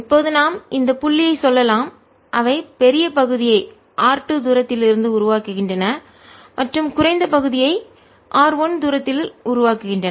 இப்போது நாம் இந்த புள்ளியை சொல்லலாம் அவை பெரிய பகுதியை r2 தூரத்தில் இருந்து உருவாக்குகின்றன மற்றும் குறைந்த பகுதியை இருந்து r1 தூரத்தில் உருவாக்குகின்றன